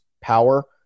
power